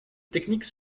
technique